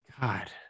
God